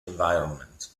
environment